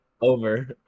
Over